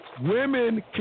Women